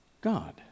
God